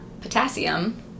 potassium